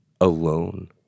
alone